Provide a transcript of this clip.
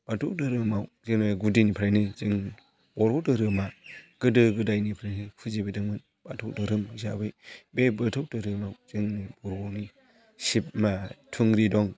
बाथौ धोरोमाव जोङो गुदिनिफ्रायनो जों बर' धोरोमा गोदो गोदायनिफ्रायनो फुजिबोदोंमोन बाथौ धोरोम हिसाबै बे बाथौ धोरोमाव जोङो न'आवनो सिब थुंग्रि दं